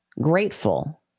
grateful